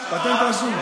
חבל, זה פטנט רשום.